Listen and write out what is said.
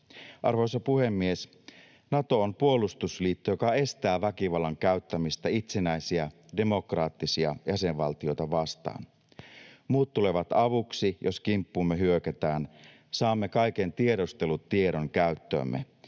Arvoisa puhemies! Nato on puolustusliitto, joka estää väkivallan käyttämistä itsenäisiä, demokraattisia jäsenvaltioita vastaan. Muut tulevat avuksi, jos kimppuumme hyökätään, saamme kaiken tiedustelutiedon käyttöömme,